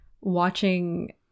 watching